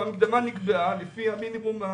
המקדמה נקבעה לפי המינימום,